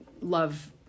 love